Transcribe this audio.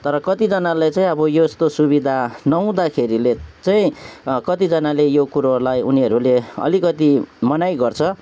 तर कतिजनालाई चाहिँ अब यस्तो सुविधा नहुँदाखेरिले चाहिँ कतिजनाले यो कुरोहरूलाई उनीहरूले अलिकति मनाइ गर्छ